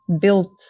built